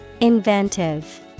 Inventive